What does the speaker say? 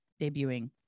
debuting